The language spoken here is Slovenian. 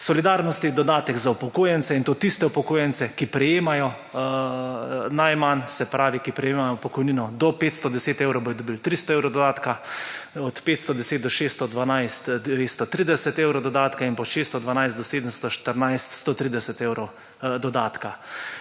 Solidarnostni dodatek za upokojence. In to tiste upokojence, ki prejemajo najmanj, se pravi, ki prejemajo pokojnino do 510 evrov, bodo dobili 300 evrov dodatka, od 510 do 612 230 evrov dodatka in pa od 612 do 714 130 evrov dodatka.